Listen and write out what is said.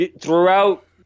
throughout